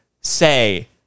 say